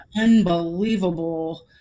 unbelievable